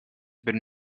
been